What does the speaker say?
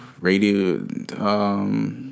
Radio